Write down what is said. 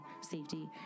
safety